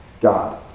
God